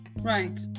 Right